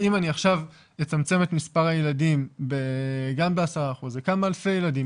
ואם אני עכשיו אצמצם את מספר הילדים גם ב-10% זה כמה אלפי ילדים